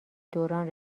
دوران